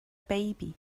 baby